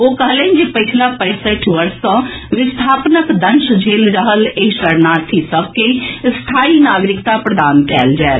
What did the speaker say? ओ कहलनि जे पछिला पैसठि वर्ष सॅ विस्थापनक दंश झेलि रहल एहि शरणार्थी सभ कॅ स्थाई नागरिकता प्रदान कयल जायत